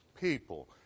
people